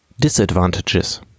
Disadvantages